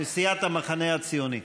מסיעת המחנה הציוני,